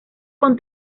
con